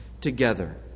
together